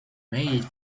made